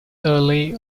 early